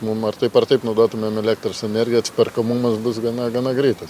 mum ar taip ar taip naudotumėm elektros energiją atsiperkamumas bus gana gana greitas